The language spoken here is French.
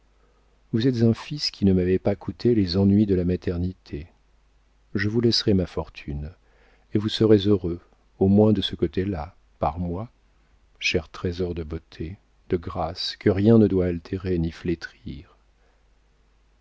vous êtes un fils qui ne m'avez pas coûté les ennuis de la maternité je vous laisserai ma fortune et vous serez heureux au moins de ce côté-là par moi cher trésor de beauté de grâce que rien ne doit altérer ni flétrir